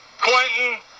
Clinton